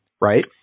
Right